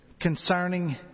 concerning